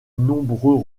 nombreux